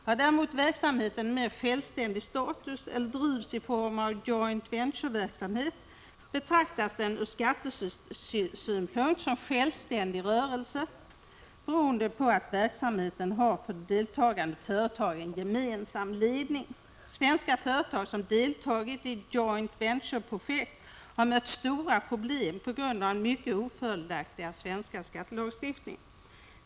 Har däremot verksamheten en mera självständig status eller drivs i form av joint venture-verksamhet betraktas den ur skattesynpunkt som självständig rörelse, beroende på att verksamheten har en för de deltagande företagen gemensam ledning. Svenska företag som deltagit i joint venture-projekt har mött stora problem på grund av den mycket ofördelaktiga svenska skattelagstiftningen.